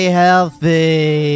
healthy